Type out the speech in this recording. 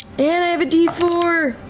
and i have a d four!